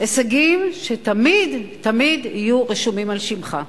הישגים שתמיד תמיד יהיו רשומים על שמך.